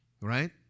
right